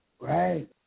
Right